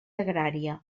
agrària